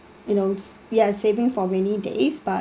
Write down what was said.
you know we are saving for rainy days but